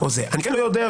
אני כן לא יודע,